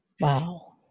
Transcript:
Wow